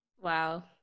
wow